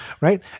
right